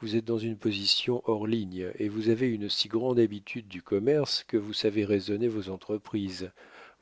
vous êtes dans une position hors ligne et vous avez une si grande habitude du commerce que vous savez raisonner vos entreprises